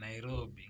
Nairobi